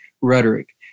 rhetoric